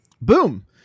Boom